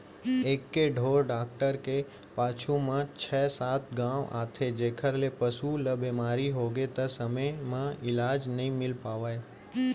एके ढोर डॉक्टर के पाछू म छै सात गॉंव आथे जेकर ले पसु ल बेमारी होगे त समे म इलाज नइ मिल पावय